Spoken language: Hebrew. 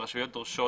הרשויות דורשות,